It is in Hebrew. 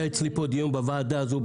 היה אצלי פה דיון בוועדה הזו,